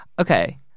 Okay